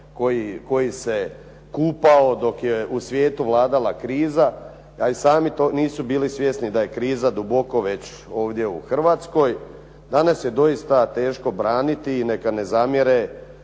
koji se kupao dok je u svijetu vladala kriza a i sami nisu bili svjesni da je kriza duboko već ovdje u Hrvatskoj. Danas je doista teško braniti i neka ne zamjere,